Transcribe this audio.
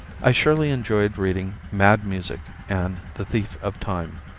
i surely enjoyed reading mad music and the thief of time.